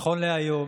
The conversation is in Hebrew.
נכון להיום